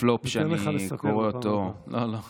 ניתן לך לספר, לא, לא.